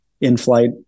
in-flight